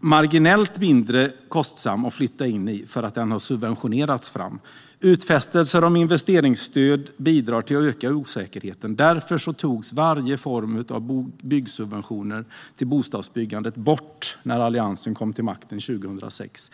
marginellt mindre kostsam att flytta in i för att den har subventionerats fram. Utfästelser om investeringsstöd bidrar till att öka osäkerheten. Därför togs varje form av subventioner till bostadsbyggandet bort när Alliansen kom till makten 2006.